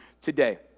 today